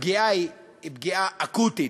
הפגיעה היא פגיעה אקוטית.